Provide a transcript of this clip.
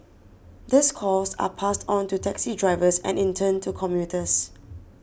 these costs are passed on to taxi drivers and in turn to commuters